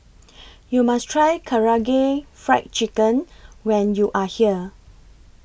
YOU must Try Karaage Fried Chicken when YOU Are here